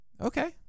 Okay